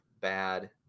bad